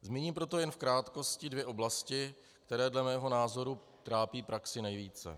Zmíním jenom jen v krátkosti dvě oblasti, které dle mého názoru trápí praxi nejvíce.